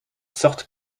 sortent